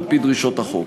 על-פי דרישות החוק.